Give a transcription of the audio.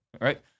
right